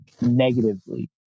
negatively